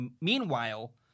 Meanwhile